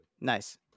Nice